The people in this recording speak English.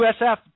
USF